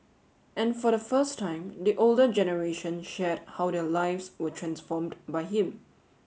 and for the first time the older generation shared how their lives were transformed by him